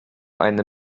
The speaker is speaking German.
eine